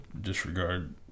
disregard